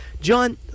John